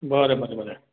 बरें बरें बरें